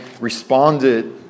responded